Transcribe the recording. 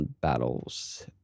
Battles